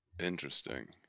Interesting